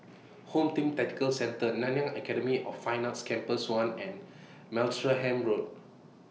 Home Team Tactical Centre Nanyang Academy of Fine Arts Campus one and Martlesham Road